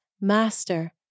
Master